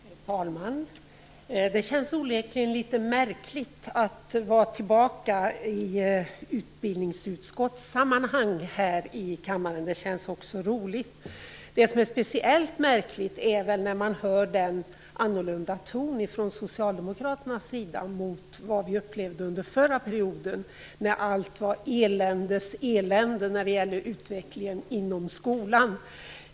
Herr talman! Det känns onekligen litet märkligt att vara tillbaka i utbildningsutskottssammanhang här i kammaren. Det känns också roligt. Det som är speciellt märkligt är att höra att Socialdemokraterna har en annorlunda ton jämfört med vad vi upplevde under förra perioden, när allt var eländes elände när det gällde utvecklingen inom skolan.